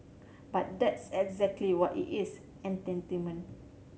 but that's exactly what it is entertainment